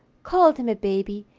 called him a baby,